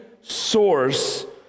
source